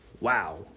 Wow